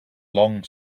long